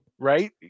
Right